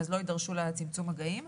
לא יידרשו לצמצם מגעים,